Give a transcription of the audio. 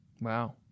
Wow